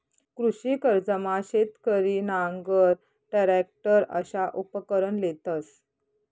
कृषी कर्जमा शेतकरी नांगर, टरॅकटर अशा उपकरणं लेतंस